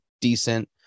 decent